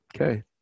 Okay